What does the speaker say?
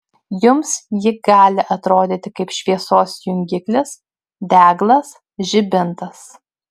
jums ji gali atrodyti kaip šviesos jungiklis deglas žibintas